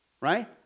right